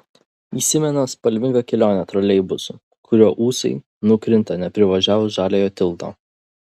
įsimena spalvinga kelionė troleibusu kurio ūsai nukrinta neprivažiavus žaliojo tilto